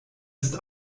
ist